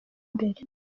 mbere